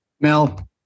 Mel